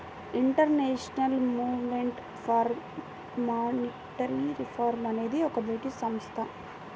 international movement for monetary reform అనేది ఒక British సంస్థ